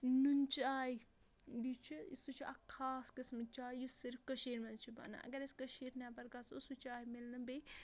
نوٗنہٕ چاے یہِ چھُ سُہ چھُ اَکھ خاص قٕسمٕچ چاے یُس صِرف کٔشیٖرِ منٛز چھِ بنان اگر أسۍ کٔشیٖرِ نٮ۪بر گژھو سُہ چاے میلہِ نہٕ بیٚیہِ